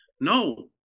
No